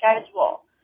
schedule